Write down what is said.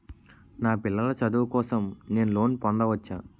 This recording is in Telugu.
నా పిల్లల చదువు కోసం నేను లోన్ పొందవచ్చా?